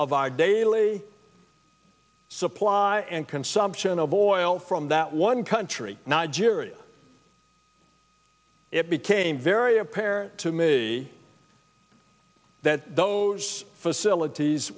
of our daily supply and consumption of oil from that one country nigeria it became very apparent to me that those facilities